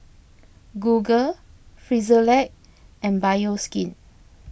Google Frisolac and Bioskin